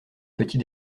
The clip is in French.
petit